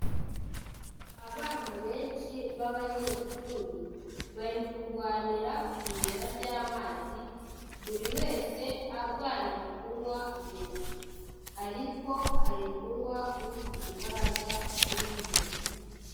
Abana benshi ba banyeshuri, bari kurwanira ku iriba ry'amazi, buri wese arwanira kunywa mbere, ariko hari kunywa ufite imbaraga muri bo.